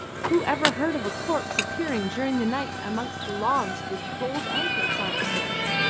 who ever heard of a corpse appearing during the night amongst the logs with gold anklets on its legs?